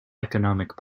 economic